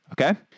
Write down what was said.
Okay